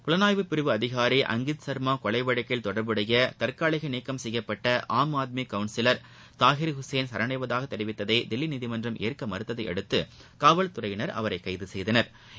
புலனாய்வு பிரிவு அதிகாரி அங்கிட் சர்மா கொலை வழக்கில் தொடர்புடைய தற்காலிக நீக்கம் செய்யப்பட்ட ஆம் ஆத்மி கவுன்சிலா் தாகீர் ஹுசைன் சரண்டவதாக தெரிவித்ததை தில்லி நீதிமன்றம் ஏற்க மறுத்ததை அடுத்து காவல்துறையினா் அவரை கைது செய்தனா்